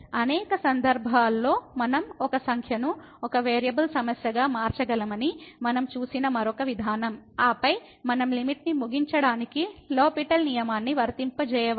అనేక సందర్భాల్లో మనం ఒక సంఖ్యను ఒక వేరియబుల్ సమస్యగా మార్చగలమని మనం చూసిన మరొక విధానం ఆపై మనం లిమిట్ ని ముగించడానికి లో పిటెల్ L'Hospital' నియమాన్ని వర్తింపజేయవచ్చు